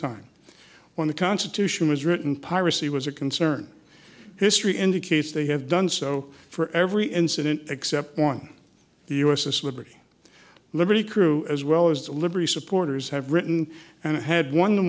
time when the constitution was written piracy was a concern history indicates they have done so for every incident except one the u s s liberty liberty crew as well as the liberty supporters have written and had one on